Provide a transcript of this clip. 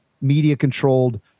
media-controlled